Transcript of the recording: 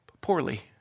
poorly